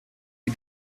wie